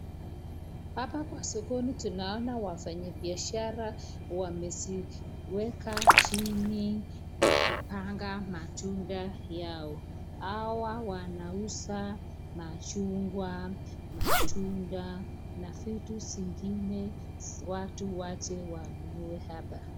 Hapo kwa sokoni tunaona wafanyibiashara wameziweka chini wakipanga matunda yao. Hawa wanauza machungwa, matunda na vitu zingine watu wakuje wanunue hapa.